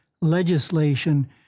legislation